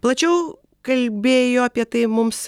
plačiau kalbėjo apie tai mums